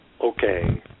okay